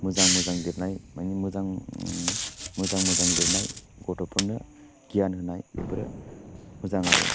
मोजां मोजां लिरनाय मानि मोजां मोजां मोजां लिरनाय गथ'फोरनो गियान होनाय बेफोरो मोजां आरो